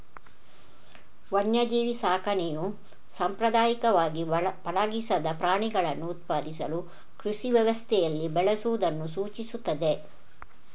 ವನ್ಯಜೀವಿ ಸಾಕಣೆಯು ಸಾಂಪ್ರದಾಯಿಕವಾಗಿ ಪಳಗಿಸದ ಪ್ರಾಣಿಗಳನ್ನು ಉತ್ಪಾದಿಸಲು ಕೃಷಿ ವ್ಯವಸ್ಥೆಯಲ್ಲಿ ಬೆಳೆಸುವುದನ್ನು ಸೂಚಿಸುತ್ತದೆ